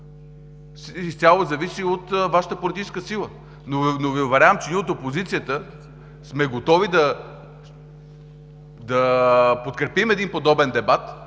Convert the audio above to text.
изцяло зависи от Вашата политическа сила. Уверявам Ви, че и от опозицията сме готови да подкрепим един подобен дебат,